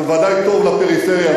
זה בוודאי טוב לפריפריה,